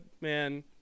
man